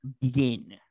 begin